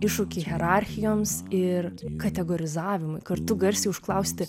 iššūkį hierarchijoms ir kategorizavimui kartu garsiai užklausti